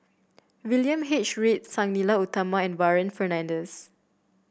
William H Read Sang Nila Utama and Warren Fernandez